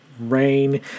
rain